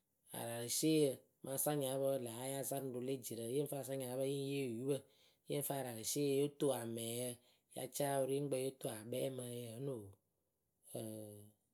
Ararɨsieyǝ mɨ asanyaapǝ wǝ́ ŋlǝ a ya láa zaŋ ruŋruŋ le jirǝ, yɨ ŋ fɨ asanyaapǝ yɨ ŋ yee yupǝ Yǝ fɨ ararɨsieyǝ yo toŋ amɛŋyǝ, ya caa wɨrieŋkpǝ yo toŋ akpɛɛ mɨ ǝyǝǝnɨ oo, ǝǝǝ.